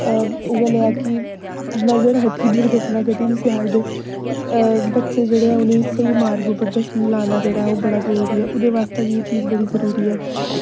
उऐ लैहा कि नजर हटी दुर्घटना घटी जिसी आखदे बच्चे जेह्ड़े हैन उ'नेंगी स्हेई मार्ग उप्पर दस्सना लाना जेह्ड़ा ऐ ओह् बड़ा जरूरी ऐ ओह्दे बास्तै बी एह् चीज बड़ी जरूरी ऐ